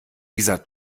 dieser